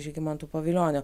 žygimantu pavilioniu